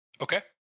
Okay